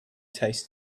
taste